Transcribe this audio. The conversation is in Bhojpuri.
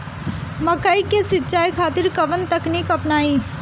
मकई के सिंचाई खातिर कवन तकनीक अपनाई?